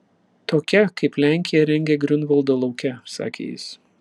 tokia kaip lenkija rengia griunvaldo lauke sakė jis